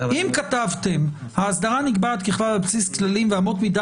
אם כתבתם: האסדרה נקבעת ככלל על בסיס כללים ואמות מידה